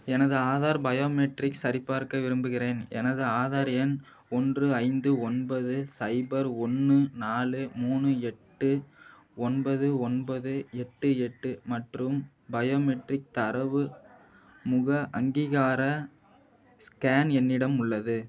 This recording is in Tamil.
எனது ஆதார் பயோமெட்ரிக்ஸ் சரிபார்க்க விரும்புகிறேன் எனது ஆதார் எண் ஒன்று ஐந்து ஒன்பது சைபர் ஒன் நாலு மூணு எட்டு ஒன்பது ஒன்பது எட்டு எட்டு மற்றும் பயோமெட்ரிக் தரவு முக அங்கீகார ஸ்கேன் என்னிடம் உள்ளது